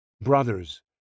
Brothers